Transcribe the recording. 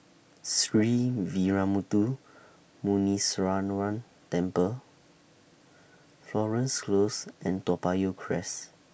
Sree Veeramuthu Muneeswaran Temple Florence Close and Toa Payoh Crest